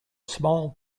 small